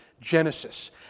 Genesis